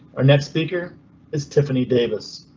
our next speaker is tiffany davis.